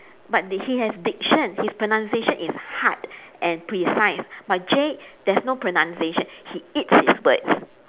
but he has diction his pronunciation is hard and precise but jay there's no pronunciation he eats his words